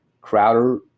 Crowder